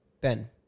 Ben